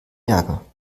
ärger